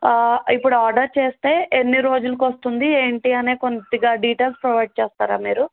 ఇప్పుడు ఆర్డర్ చేస్తే ఎన్ని రోజులకొస్తుంది ఏంటి అనే కొద్దిగా డిటైల్స్ ప్రొవైడ్ చేస్తారా మీరు